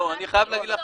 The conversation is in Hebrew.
לא, אני חייב להגיד לך.